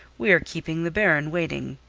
we are keeping the baron waiting.